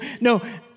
No